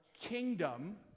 kingdom